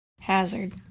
Hazard